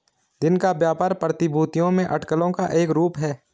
दिन का व्यापार प्रतिभूतियों में अटकलों का एक रूप है